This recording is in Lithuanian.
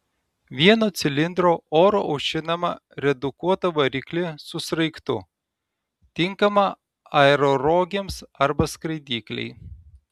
vieno cilindro oru aušinamą redukuotą variklį su sraigtu tinkamą aerorogėms arba skraidyklei